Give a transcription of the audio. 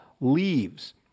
leaves